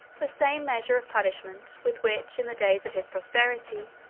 the same measure of punishment, with which, in the days of his prosperity,